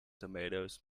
tomatoes